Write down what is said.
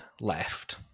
left